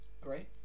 Great